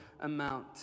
amount